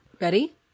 Ready